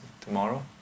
tomorrow